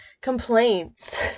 complaints